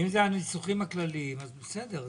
אלה הניסוחים הכלליים, בסדר.